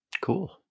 cool